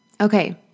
Okay